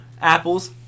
Apples